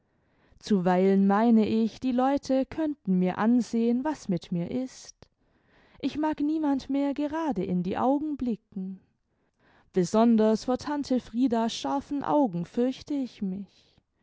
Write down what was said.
zuweilen meine ich die leute könnten mir ansehen was mit mir ist ich mag niemand mehr gerade in die augen blicken besonders vor tante friedas scharfen augen fürchte ich mich